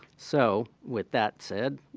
so, with that said,